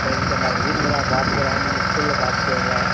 சரிங்க சார் நாங்கள் வீட்டில் நாங்கள் பார்த்துக்குறேன் நீங்கள் ஸ்கூலில் பார்த்துக்கோங்க